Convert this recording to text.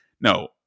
No